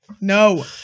no